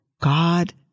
God